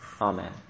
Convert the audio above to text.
Amen